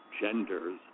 genders